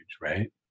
right